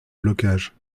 blocage